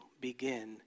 begin